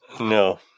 No